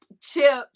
chips